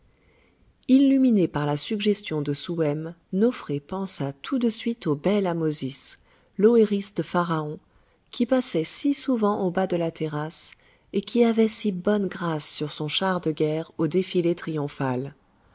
illuminée par la suggestion de souhem nofré pensa tout de suite au bel ahmosis l'oëris de pharaon qui passait si souvent au bas de la terrasse et qui avait si bonne grâce sur son char de guerre au défilé triomphal